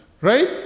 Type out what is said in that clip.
Right